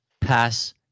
Pass